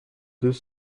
deux